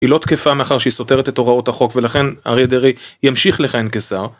היא לא תקפה מאחר שהיא סותרת את הוראות החוק, ולכן, אריה דרעי, ימשיך לכהן כשר.